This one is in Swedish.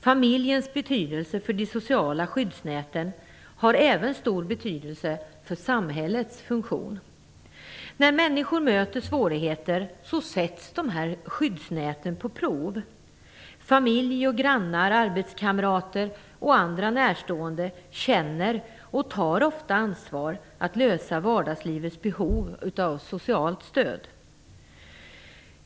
Familjen har stor betydelse för de sociala skyddsnäten och även för samhällets funktion. När människor möter svårigheter sätts dessa skyddsnät på prov. Familj och grannar, arbetskamrater och andra närstående känner och tar ofta ansvar för att lösa vardagslivets behov av socialt stöd.